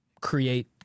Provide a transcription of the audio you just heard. create